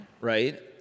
right